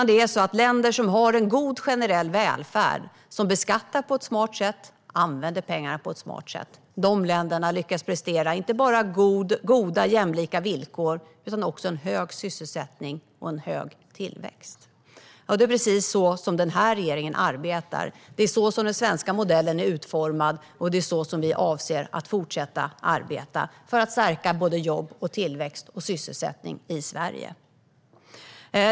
Det är de länder som har god generell välfärd, beskattar på ett smart sätt och använder pengarna på ett smart sätt som lyckas prestera inte bara goda jämlika villkor utan också hög sysselsättning och hög tillväxt. Det är precis så den här regeringen arbetar. Det är så den svenska modellen är utformad, och det är så vi avser att fortsätta att arbeta för att stärka jobb, tillväxt och sysselsättning i Sverige.